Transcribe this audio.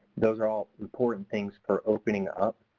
those are all important things for opening up